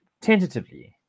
tentatively